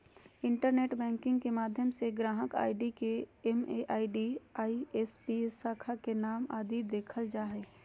internet banking के माध्यम से ग्राहक आई.डी एम.एम.आई.डी, आई.एफ.एस.सी, शाखा के नाम आदि देखल जा हय